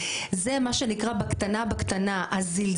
תראו, חברים, אפשר ללכת ולחזק את